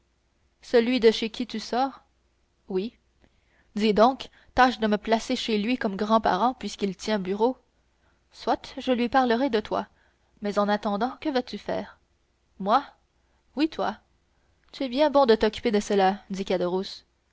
celui de chez qui tu sors oui dis donc tâche de me placer chez lui comme grand parent puisqu'il tient bureau soit je lui parlerai de toi mais en attendant que vas-tu faire moi oui toi tu es bien bon de t'occuper de cela dit